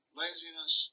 laziness